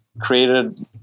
created